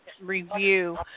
review